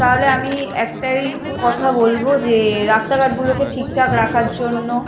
তাহলে আমি একটাই কথা বলব যে রাস্তাঘাটগুলোকে ঠিকঠাক রাখার জন্য